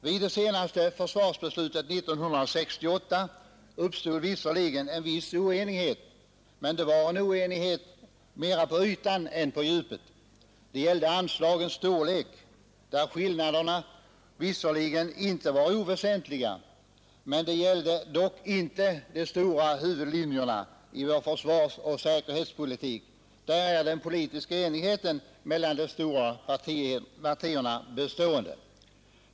Vid det senaste försvarsbeslutet år 1968 uppstod visserligen en viss oenighet, men det var en oenighet mera på ytan än på djupet. Det gällde anslagens storlek, där skillnaderna visserligen inte var oväsentliga, men det var dock inte fråga om de stora huvudlinjerna i vår försvarsoch säkerhetspolitik. Där är den politiska enigheten mellan de stora partierna bestående.